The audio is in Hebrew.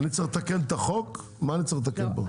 אני צריך לתקן את החוק ואני אתקן אותו.